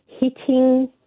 hitting